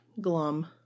glum